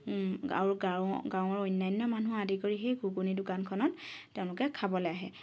আৰু গাঁৱৰ গাৱঁৰ অন্যান্য মানুহ আদি কৰি সেই ঘুগুনি দোকানখনত তেওঁলোকে খাবলৈ আহে